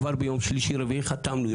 כבר ביום שלישי רביעי חתמנו.